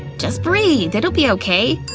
just breathe, it'll be okay.